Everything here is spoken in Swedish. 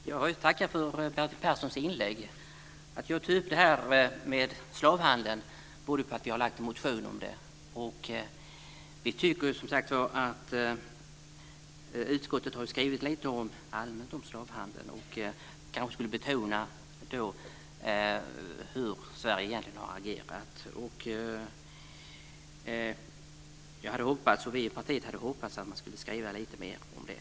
Fru talman! Jag tackar för Bertil Perssons inlägg. Att jag tog upp slavhandeln beror på att vi har väckt en motion om den. Utskottet har skrivit lite allmänt om slavhandeln. Det kanske skulle betona hur Sverige egentligen har agerat. Jag och vi i Vänsterpartiet hade hoppats att man skulle har skrivit lite mer om det.